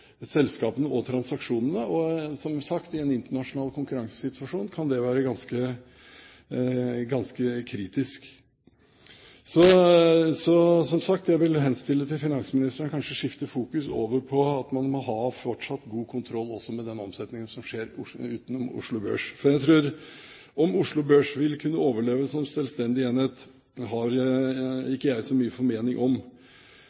selskapene og transaksjonene. Som sagt, i en internasjonal konkurransesituasjon kan det være ganske kritisk. Som sagt, jeg vil henstille til finansministeren kanskje å skifte fokus – over på at man fortsatt må ha god kontroll også med den omsetningen som skjer utenom Oslo Børs. Om Oslo Børs vil kunne overleve som selvstendig enhet, har